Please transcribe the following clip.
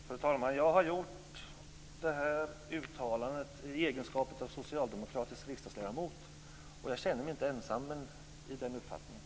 Fru talman! Jag har gjort det här uttalandet i egenskap av socialdemokratisk riksdagsledamot, och jag känner mig inte ensam i den uppfattningen.